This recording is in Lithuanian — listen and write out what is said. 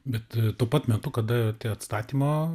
bet tuo pat metu kada tie atstatymo